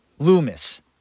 Loomis